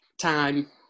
time